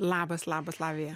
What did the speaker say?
labas labas lavija